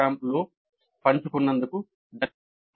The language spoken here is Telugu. com లో పంచుకున్నందుకు ధన్యవాదాలు